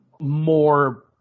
more –